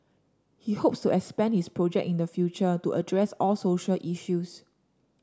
he hopes to expand his project in the future to address all social issues